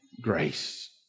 grace